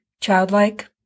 childlike